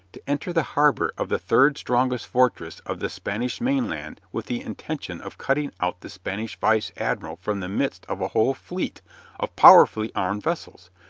to enter the harbor of the third strongest fortress of the spanish mainland with the intention of cutting out the spanish vice admiral from the midst of a whole fleet of powerfully armed vessels,